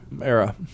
era